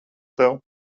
tev